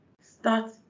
Start